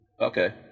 Okay